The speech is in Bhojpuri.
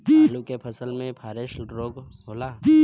आलू के फसल मे फारेस्ट रोग होला?